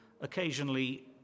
occasionally